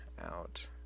out